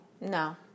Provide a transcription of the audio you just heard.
No